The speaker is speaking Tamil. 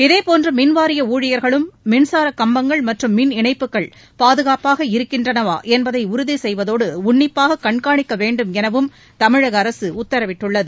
இதேபோன்று மின்வாரிய ஊழியர்களும் மின்சாரக் கம்பங்கள் மற்றும் மின் இணைப்புகள் பாதுகாப்பாக இருக்கின்றனவா என்பதை உறுதி செய்வதோடு உன்னிப்பாக கண்காணிக்க வேண்டும் எனவும் தமிழக அரசு உத்தரவிட்டுள்ளது